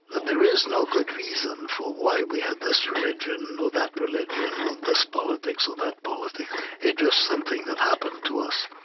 that there is no good reason for why we have this religion or that religion or this politics or that politics it's just something that happened to us